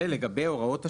ולגבי הוראות השעה,